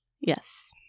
yes